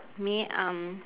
me um